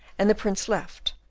and the prince left,